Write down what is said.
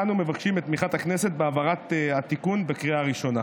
אנו מבקשים את תמיכת הכנסת בהעברת התיקון בקריאה הראשונה.